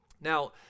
Now